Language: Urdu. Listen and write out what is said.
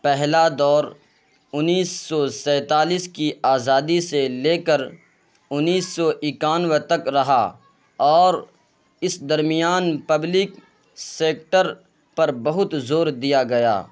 پہلا دور انیس سو سینتالیس کی آزادی سے لے کر انیس سو اکیانوے تک رہا اور اس درمیان پبلک سیکٹر پر بہت زور دیا گیا